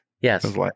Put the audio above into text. Yes